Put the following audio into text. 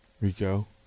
Rico